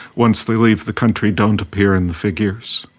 once they leave the country don't appear in the figures.